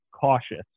cautious